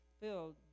filled